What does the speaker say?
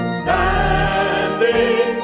standing